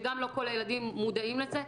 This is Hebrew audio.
וגם לא כל הילדים מודעים לזה.